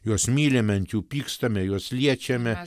juos mylime ant jų pykstame juos liečiame